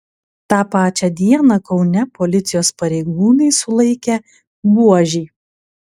tą pačią dieną kaune policijos pareigūnai sulaikė buožį